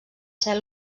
ser